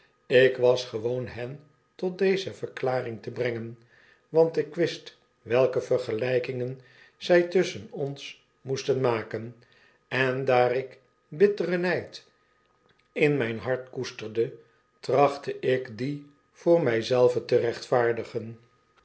ik was gewoon hen tot deze verklaring te brengen want ik wist welke vergelykingen zij tusschen ons moesten raaken en daar ik bitteren nyd in myn hart koesterde trachtte ik dien voor mij zelvea te rechtvaardigen